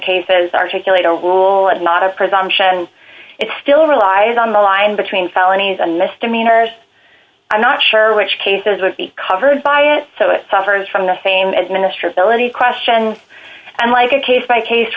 cases articulate a rule and not a presumption it's still relies on the line between felonies and misdemeanors i'm not sure which cases would be covered by it so it suffers from the same as minister felony questions and like a case by case